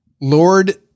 Lord